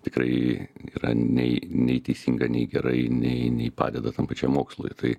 tikrai nėra nei nei teisinga nei gerai nei nei padeda tam pačiam mokslui tai